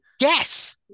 yes